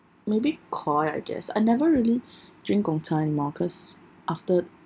maybe KOI I guess I never really drink Gong Cha anymore cause after